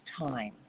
time